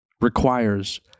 requires